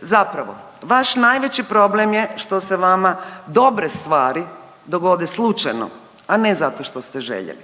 Zapravo, vaš najveći problem je što se vama dobre stvari dogode slučajno, a ne zato što ste željeli,